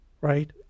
right